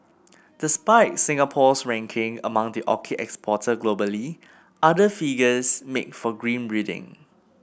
despite Singapore's ranking among the orchid exporters globally other figures make for grim reading